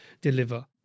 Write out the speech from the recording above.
deliver